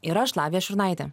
ir aš lavija šurnaitė